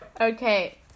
Okay